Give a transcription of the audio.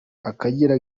akagera